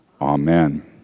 Amen